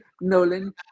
Nolan